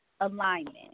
alignment